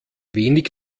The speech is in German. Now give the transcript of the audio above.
wenig